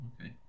okay